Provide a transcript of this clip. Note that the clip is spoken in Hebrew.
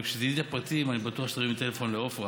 אבל כשאני אגיד לך את הפרטים אני בטוח שתרימי טלפון לעפרה